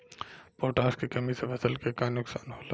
Potash के कमी से फसल के का नुकसान होला?